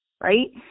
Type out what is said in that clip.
right